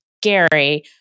Gary